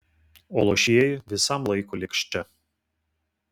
o luošieji visam laikui liks čia